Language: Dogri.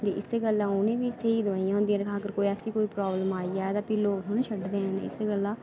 ते इस्सै गल्ला उनें बी स्हेई दवाइयां होंदियां ते हां असेंगी कोई प्राबलम आई जा ते फ्ही लोग थोह्ड़ी छडदे हैन इस्सै गल्ला